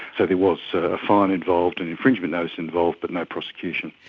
so there was a fine involved, an infringement notice involved, but no prosecution.